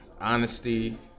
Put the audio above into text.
honesty